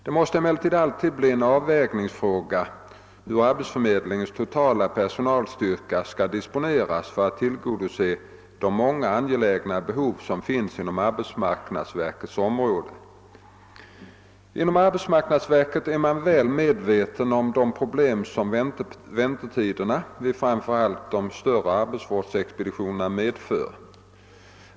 Det måste emellertid alltid bli en avvägningsfråga hur arbetsförmedlingens totala personalstyrka skall disponeras för att tillgodose de många angelägna behov som finns inom arbetsmarknadsverkets område. Inom arbetsmarknadsverket är man väl medveten om de problem som väntetiderna vid framför allt de största arbetsvårdsexpeditionerna medför.